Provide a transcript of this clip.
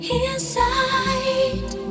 inside